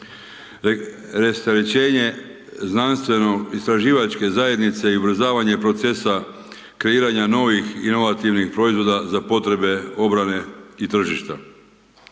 Rasterećenje znanstveno-istraživačke zajednice i ubrzavanja procesa, kreiranja novih inovativnih proizvoda za potrebe obrane i tržišta.